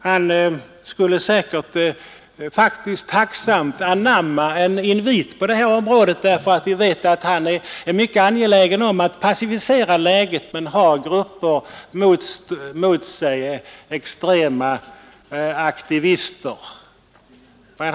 Han skulle säkert tacksamt anamma en invit på det här området. Vi vet ju att han är mycket angelägen om att pacificera läget men har mot sig grupper av extrema aktivister.